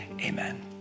Amen